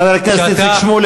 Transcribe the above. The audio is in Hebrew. חבר הכנסת איציק שמולי,